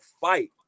fight